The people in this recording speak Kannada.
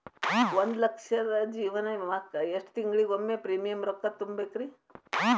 ಒಂದ್ ಲಕ್ಷದ ಜೇವನ ವಿಮಾಕ್ಕ ಎಷ್ಟ ತಿಂಗಳಿಗೊಮ್ಮೆ ಪ್ರೇಮಿಯಂ ರೊಕ್ಕಾ ತುಂತುರು?